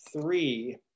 three